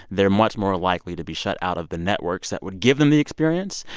they're much more likely to be shut out of the networks that would give them the experience.